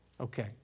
Okay